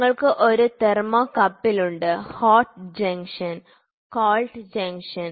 നിങ്ങൾക്ക് ഒരു തെർമോകപ്പിൽ ഉണ്ട് ഹോട്ട് ജംഗ്ഷൻ കോൾഡ് ജംഗ്ഷൻ